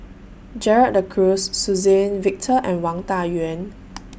Gerald De Cruz Suzann Victor and Wang Dayuan